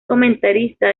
comentarista